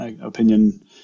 opinion